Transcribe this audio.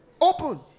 open